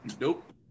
Nope